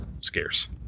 scarce